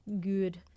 Good